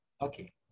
Okay